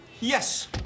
Yes